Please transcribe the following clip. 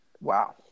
Wow